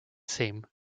same